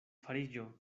fariĝo